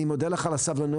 אני מודה לך על הסבלנות.